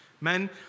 Men